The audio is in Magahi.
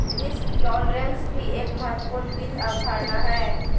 रिस्क टॉलरेंस भी एक महत्वपूर्ण वित्त अवधारणा हय